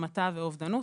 המתה ואובדנות.